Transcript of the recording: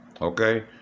okay